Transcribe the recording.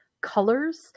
colors